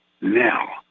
now